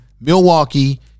Milwaukee